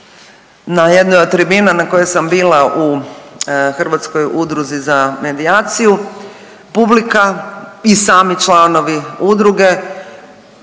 Na jednoj od tribina na kojoj sam bila u Hrvatskoj udruzi za medijaciju publika i sami članovi udruge